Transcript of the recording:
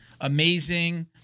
amazing